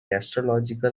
astrological